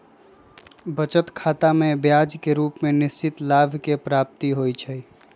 बचत खतामें ब्याज के रूप में निश्चित लाभ के प्राप्ति होइ छइ